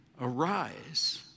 Arise